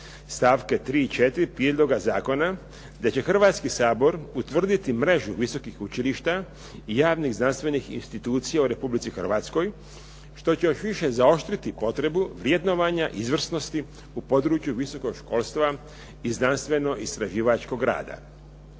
stavka 3. i 4. prijedloga zakona da će Hrvatski sabor utvrditi mrežu visokih učilišta i javnih znanstvenih institucija u Republici Hrvatskoj, što će još više zaoštriti potrebu vrednovanja izvrsnosti u području visokog školstva i znanstveno-istraživačkog rada.